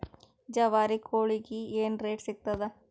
ಜವಾರಿ ಕೋಳಿಗಿ ಏನ್ ರೇಟ್ ಸಿಗ್ತದ?